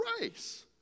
race